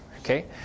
okay